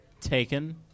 Taken